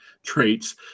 traits